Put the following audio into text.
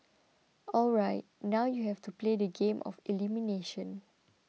alright now you have to play the game of elimination